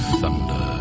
thunder